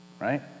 right